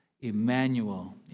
Emmanuel